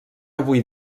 avui